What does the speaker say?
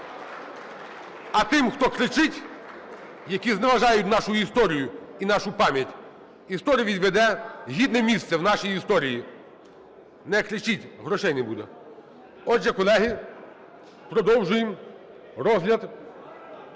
А тим, хто кричить, які зневажають нашу історію і нашу пам'ять, історія відведе гідне місце в нашій історії. Не кричіть - грошей не буде. Отже, колеги, продовжуємо розгляд